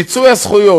מיצוי הזכויות,